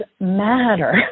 matter